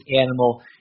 animal